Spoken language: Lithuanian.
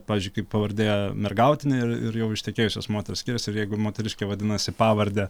pavyzdžiui kaip pavardė mergautinė ir jau ištekėjusios moters skiriasi ir jeigu moteriškė vadinasi pavarde